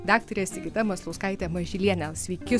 daktarė sigita maslauskaitė mažylienė sveiki